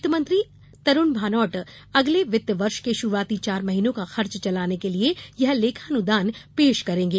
वित्तमंत्री तरूण भानोट अगले वित्तवर्ष के शुरूआती चार महीनों का खर्च चलाने के लिए यह लेखानुदान पेश करेंगे